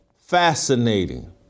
fascinating